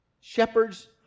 shepherds